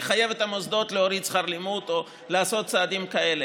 לחייב את המוסדות להוריד שכר לימוד או לעשות צעדים כאלה,